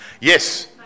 Yes